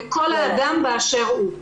זאת אפליקציה לכל אדם באשר הוא.